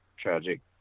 tragic